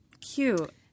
Cute